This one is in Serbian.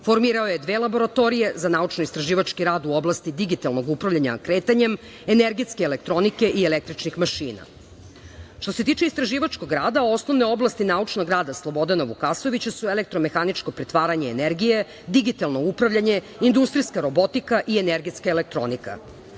Formirao je dve laboratorije za naučno-istraživački rad u oblasti digitalnog upravljanja kretanjem energetske elektronike i električnih mašina. Što se tiče istraživačkog rada, osnovna oblast naučnog rada Slobodana Vukasovića su elektromehaničko pretvaranje energije, digitalno upravljanje, industrijska robotika i energetska elektronika.